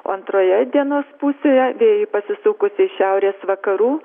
o antroje dienos pusėje vėjui pasisukus iš šiaurės vakarų